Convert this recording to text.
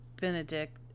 Benedict